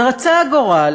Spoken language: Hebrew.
ורצה הגורל